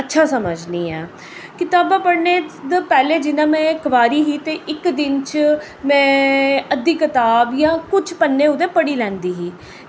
अच्छा समझनी आं कताबां पढ़ने दा पैह्लें जियां में कवारी ही ते इक दिन च में अद्धी कताब जां कुछ पन्ने ओह्दे पढ़ी लैंदी ही